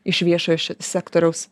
iš viešo sektoriaus